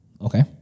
Okay